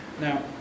Now